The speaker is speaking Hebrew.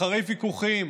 אחרי ויכוחים,